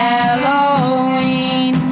Halloween